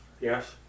Yes